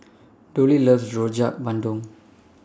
Dollie loves Rojak Bandung